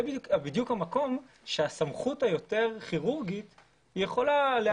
זה בדיוק המקום שהסמכות היותר כירורגית יכולה להקל.